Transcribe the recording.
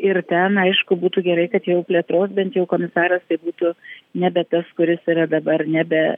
ir ten aišku būtų gerai kad jau plėtros bent jau komisaras tai būtų nebe tas kuris yra dabar nebe